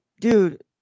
dude